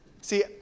See